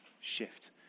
shift